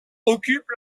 occupe